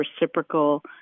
reciprocal